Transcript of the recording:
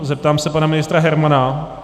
Zeptám se pana ministra Hermana...